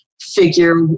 figure